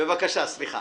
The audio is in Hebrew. בבקשה, סליחה.